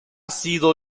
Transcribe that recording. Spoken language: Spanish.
sido